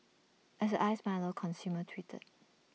as the iced milo consumer tweeted